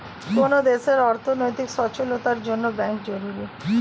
কোন দেশের অর্থনৈতিক সচলতার জন্যে ব্যাঙ্ক জরুরি